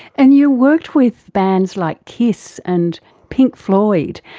and you worked with bands like kiss and pink floyd.